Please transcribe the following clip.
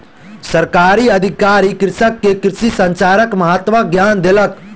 सरकारी अधिकारी कृषक के कृषि संचारक महत्वक ज्ञान देलक